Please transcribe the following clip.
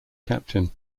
captain